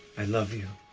i love you.